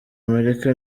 amerika